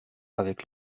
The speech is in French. avec